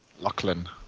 Lachlan